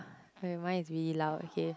where mine is really loud okay